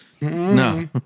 No